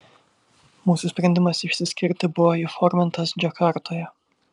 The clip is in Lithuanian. mūsų sprendimas išsiskirti buvo įformintas džakartoje